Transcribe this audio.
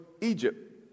Egypt